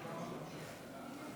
האם נעלת